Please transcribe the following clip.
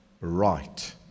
right